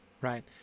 right